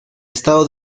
estado